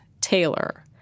Taylor